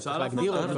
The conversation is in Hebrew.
צריך להגדיר אותו.